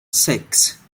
six